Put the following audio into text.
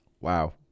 wow